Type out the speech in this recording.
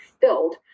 filled